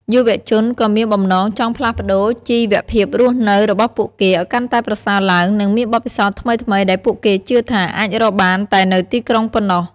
យុវជនក៏មានបំណងចង់ផ្លាស់ប្តូរជីវភាពរស់នៅរបស់ពួកគេឲ្យកាន់តែប្រសើរឡើង និងមានបទពិសោធន៍ថ្មីៗដែលពួកគេជឿថាអាចរកបានតែនៅទីក្រុងប៉ុណ្ណោះ។